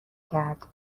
کرد